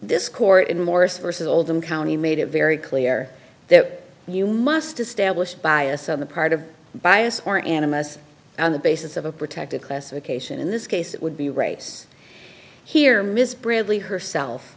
this court in morris versus oldham county made it very clear that you must establish bias on the part of bias or animus on the basis of a protected class occasion in this case it would be race here miss bradley herself